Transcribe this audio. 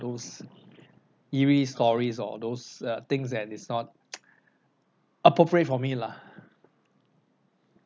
those eerie stories or those uh things that is not appropriate for me lah